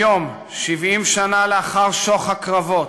היום, 70 שנה לאחר שוך הקרבות,